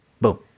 Boom